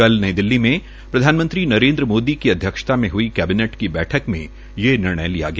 कल नई दिल्ली मे प्रधानमंत्री नरेन्द्र मोदी की अध्यक्षता में हुई में कैबिनेट की बैठक में ये निर्णय लिया गया